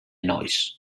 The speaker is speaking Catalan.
nois